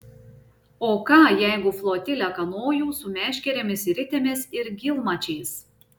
o ką jeigu flotilę kanojų su meškerėmis ir ritėmis ir gylmačiais